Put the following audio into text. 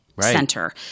center